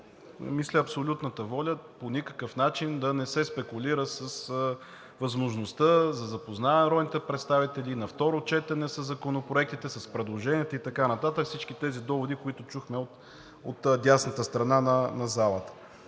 мисля, абсолютната воля по никакъв начин да не се спекулира с възможността за запознаване на народните представители и на второ четене със законопроектите, с предложенията и така нататък – всички тези доводи, които чухме от дясната страна на залата.